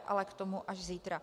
Ale k tomu až zítra.